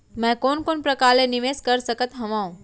मैं कोन कोन प्रकार ले निवेश कर सकत हओं?